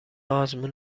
آزمون